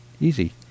Easy